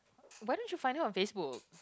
what don't you find her on Facebook